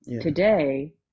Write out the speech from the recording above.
Today